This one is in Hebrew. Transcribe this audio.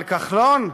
אבל, כחלון,